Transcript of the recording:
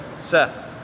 Seth